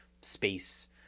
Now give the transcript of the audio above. space